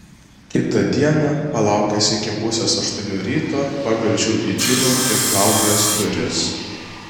kitą dieną palaukęs iki pusės aštuonių ryto pabeldžiau į džino ir klaudijos duris